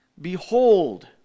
Behold